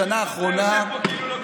השר, בוועדת